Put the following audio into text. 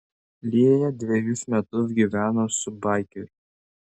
lėja dvejus metus gyveno su baikeriu